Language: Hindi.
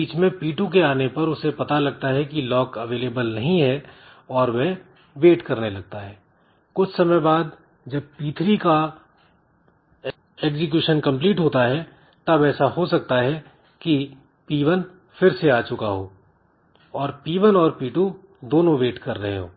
इस बीच में P2 के आने पर उसे पता लगता है कि लॉक अवेलेबल नहीं है और यह वेट करने लगता है कुछ समय बाद जब P3 का एग्जीक्यूशन कंप्लीट होता है तब ऐसा हो सकता है कि P1 फिर से आ चुका हूं और P1 और P2 दोनों वेट कर रहे हो